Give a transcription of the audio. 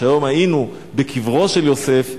והיום היינו בקברו של יוסף,